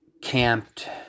camped